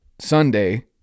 Sunday